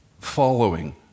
Following